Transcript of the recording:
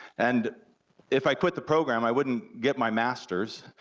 and if i quit the program, i wouldn't get my masters,